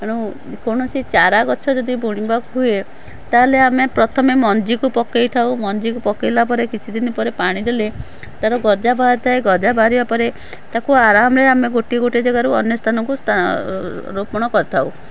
ତେଣୁ କୌଣସି ଚାରା ଗଛ ଯଦି ବୁଣିବାକୁ ହୁଏ ତା'ହେଲେ ଆମେ ପ୍ରଥମେ ମଞ୍ଜିକୁ ପକାଇଥାଉ ମଞ୍ଜିକୁ ପକାଇଲା ପରେ କିଛିଦିନି ପରେ ପାଣି ଦେଲେ ତା'ର ଗଜା ବାହାରିଥାଏ ଗଜା ବାହାରିବା ପରେ ତାକୁ ଆରାମରେ ଆମେ ଗୋଟେ ଗୋଟେ ଜାଗାରୁ ଅନ୍ୟ ସ୍ଥାନକୁ ରୋପଣ କରିଥାଉ